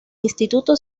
instituto